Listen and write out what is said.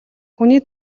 хүний